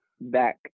back